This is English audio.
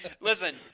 Listen